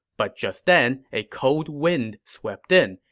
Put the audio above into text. but just then, a cold wind swept in,